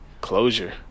closure